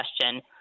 question